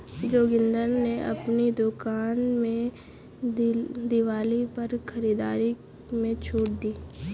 जोगिंदर ने अपनी दुकान में दिवाली पर खरीदारी में छूट दी